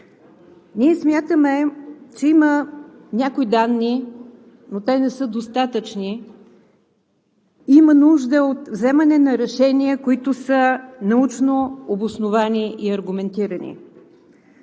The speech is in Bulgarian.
Ние смятаме, че има някои данни, но те не са достатъчни. Има нужда от вземане на решения, които са научно обосновани и аргументирани.